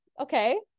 okay